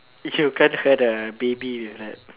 if you baby like that